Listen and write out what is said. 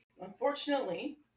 Unfortunately